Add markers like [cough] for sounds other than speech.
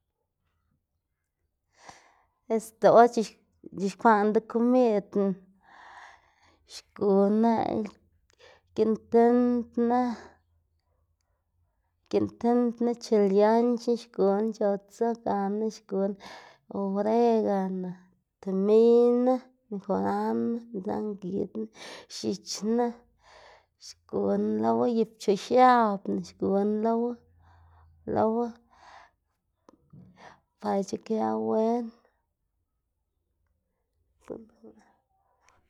Este o c̲h̲ixkwaꞌná dekomidná xguná giꞌn tindna, giꞌn tidná, chilanchna xguná c̲h̲otsu gana xguná oregano, tomiyna, mejorana, midzangngidna, x̱iꞌchna xguná lowa y pchoꞌx x̱abna xguná lowa lowa [noise] par ic̲h̲ikëwu wen. [noise]